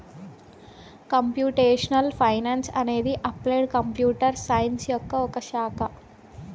computational finance అనేది applied computer science యొక్క ఒక శాఖ